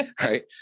right